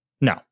No